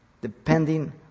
Depending